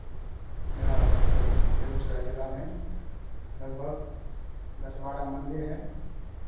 मेरा मतलब बेगूसराय जिला में लगभग दस बारह मंदिर हैं